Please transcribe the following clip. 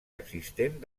existent